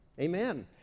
Amen